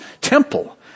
temple